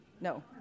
No